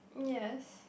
yes